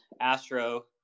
Astro